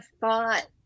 thought